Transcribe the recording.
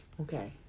Okay